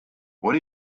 what